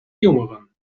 jongeren